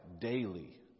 daily